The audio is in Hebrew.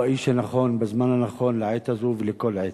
הוא האיש הנכון בזמן הנכון, לעת הזו ולכל עת.